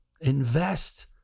invest